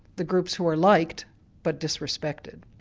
the groups who are liked but disrespected.